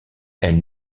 elles